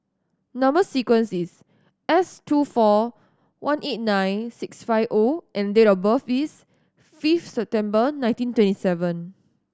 number sequence is S two four one eight nine six five O and date of birth is five September nineteen twenty seven